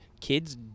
kids